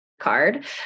card